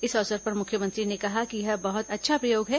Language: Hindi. इस अवसर पर मुख्यमंत्री ने कहा कि यह बहुत अच्छा प्रयोग है